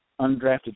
undrafted